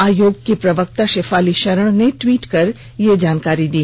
आयोग की प्रवक्ता शेफाली शरण ने ट्वीट कर यह जानकारी दी